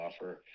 offer